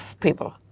people